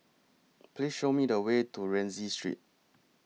Please Show Me The Way to Rienzi Street